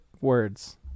words